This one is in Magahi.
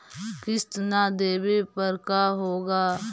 किस्त न देबे पर का होगा?